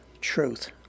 truth